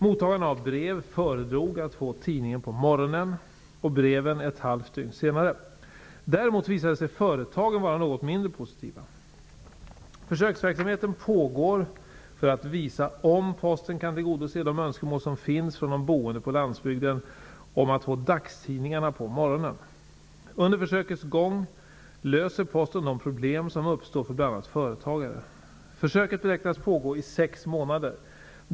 Mottagarna av brev föredrog att få tidningen på morgonen och breven ett halvt dygn senare. Däremot visade sig företagen vara något mindre positiva. Försöksverksamheten pågår för att visa om Posten kan tillgodose de önskemål som finns från de boende på landsbygden om att få dagstidningarna på morgonen. Under försökets gång löser Posten de problem som uppstår för bl.a. företagare. Försöket beräknas pågå i sex månader.